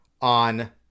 on